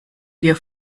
dir